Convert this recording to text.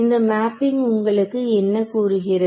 இந்த மேப்பிங் உங்களுக்கு என்ன கூறுகிறது